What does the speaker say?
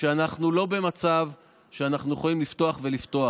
שאנחנו לא במצב שאנחנו יכולים לפתוח ולפתוח.